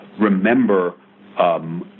remember